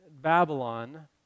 Babylon